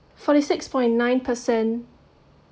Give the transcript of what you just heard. forty six point nine percent